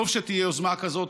טוב שתהיה יוזמה כזאת,